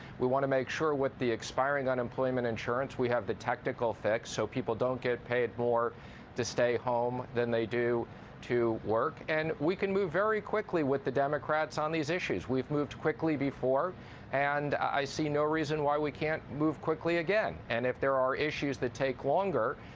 we want to make sure with the expiring unemployment insurance we have the technical fix so people don't get paid more to stay home than they do to work and we can move very quickly with the democrats on these issues. we've moved quickly before and i see no reason why we can move quickly again and if there are issues that take longer,